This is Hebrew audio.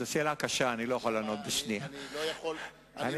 זו שאלה קשה, אני לא יכול לענות בשנייה.